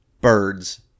Birds